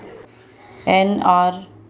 NRLM एक गरीबी उपशमन परियोजना है